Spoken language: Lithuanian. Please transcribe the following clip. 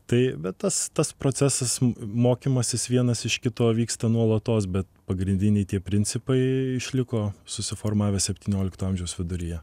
tai bet tas tas procesas mokymasis vienas iš kito vyksta nuolatos bet pagrindiniai tie principai išliko susiformavę septyniolikto amžiaus viduryje